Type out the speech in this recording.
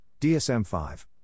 DSM-5